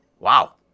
Wow